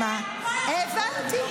הבנתי,